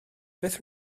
beth